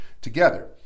together